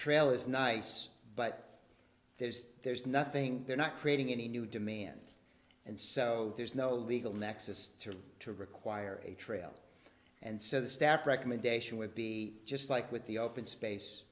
trail is nice but there's there's nothing they're not creating any new demand and so there's no legal nexus to to require a trail and so the staff recommendation would be just like with the open space